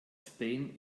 spain